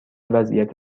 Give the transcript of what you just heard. وضعیت